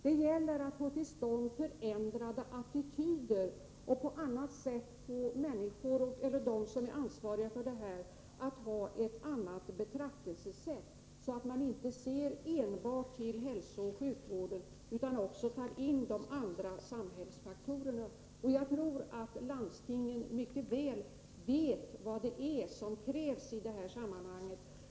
Det gäller att få till stånd attitydförändringar och att hos de ansvariga skapa ett nytt betraktelsesätt, där man inte ser enbart till det som hälsooch sjukvården avser utan också tar hänsyn till de andra samhällsfaktorerna. Jag tror att landstingen mycket väl vet vad det är som krävs i detta sammanhang.